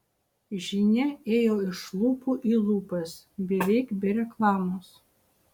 žinia ėjo iš lūpų į lūpas beveik be reklamos